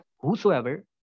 whosoever